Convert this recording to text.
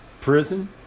Prison